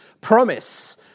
promise